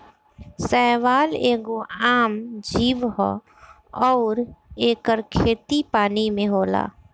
शैवाल एगो आम जीव ह अउर एकर खेती पानी में होला